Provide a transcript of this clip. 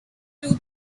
two